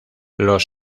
los